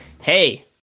Hey